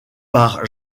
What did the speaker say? par